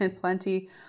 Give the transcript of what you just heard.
plenty